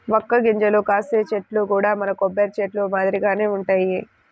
వక్క గింజలు కాసే చెట్లు కూడా మన కొబ్బరి చెట్లు మాదిరిగానే వుంటయ్యి